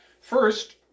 First